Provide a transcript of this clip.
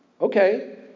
Okay